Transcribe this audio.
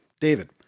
David